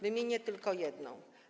Wymienię tylko jedną.